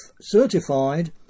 certified